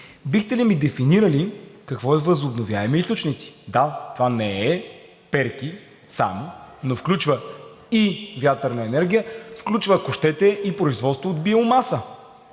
Бихте ли ми дефинирали какво е възобновяеми източници? Да, това не са само перки, но включва и вятърна енергия, включва, ако щете, и производство от биомаса.